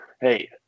hey